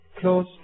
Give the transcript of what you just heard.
close